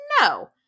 no